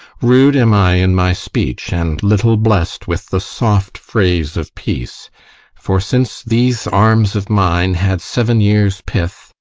rude am i in my speech, and little bless'd with the soft phrase of peace for since these arms of mine had seven years' pith,